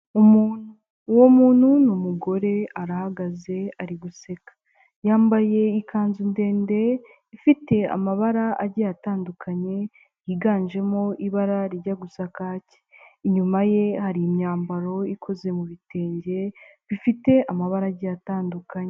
Umuntu, uwo muntu n'umugore, arahagaze ari guseka. Yambaye ikanzu ndende ifite amabara agiye atandukanye, yiganjemo ibara rijya gusa kacye. Inyuma ye hari imyambaro ikoze mu bi bitenge, bifite amabara agiye atandukanye.